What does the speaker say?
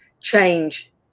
change